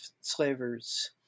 slavers